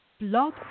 Blog